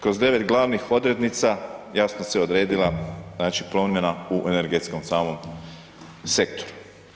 Kroz 9 glavnih odrednica, jasno se odredila znači promjena u energetskom samom sektoru.